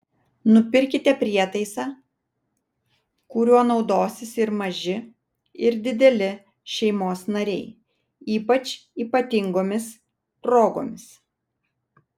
nupirkite prietaisą kuriuo naudosis ir maži ir dideli šeimos nariai ypač ypatingomis progomis